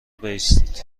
بایستید